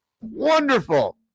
wonderful